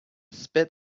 spit